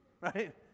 right